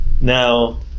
Now